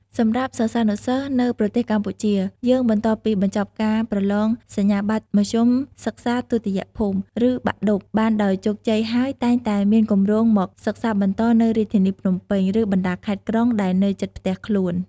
សម្រាប់សិស្សានុសិស្សនៅប្រទេសកម្ពុជាយើងបន្ទាប់ពីបញ្ចប់ការប្រឡងសញ្ញាបត្រមធ្យមសិក្សាទុតិយភូមិ ឬបាក់ឌុបបានដោយជោគជ័យហើយតែងតែមានគម្រោងមកសិក្សាបន្តនៅរាជធានីភ្នំពេញ ឬបណ្តាខេត្តក្រុងដែលនៅជិតផ្ទះខ្លួន។